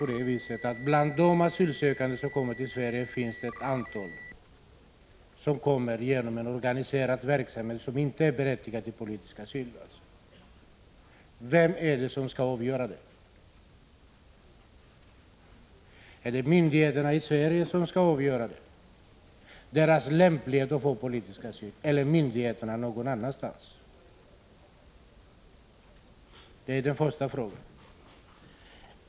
Om det är så att det bland de asylsökande som kommer till Sverige finns ett antal som gör det med hjälp av en organiserad verksamhet och som alltså inte är berättigade till politisk asyl, är det då myndigheterna i Sverige som skall avgöra deras lämplighet för att få politisk asyl eller är det myndigheter någon annanstans? Det är min första fråga.